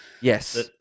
Yes